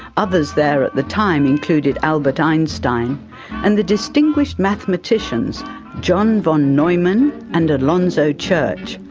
others there at the time included albert einstein and the distinguished mathematicians john von neumann and alonzo church,